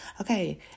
Okay